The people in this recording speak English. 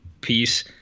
piece